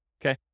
Okay